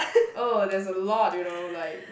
oh that's a lot you know like